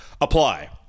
apply